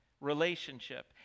relationship